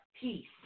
peace